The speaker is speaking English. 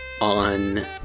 on